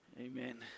Amen